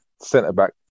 centre-back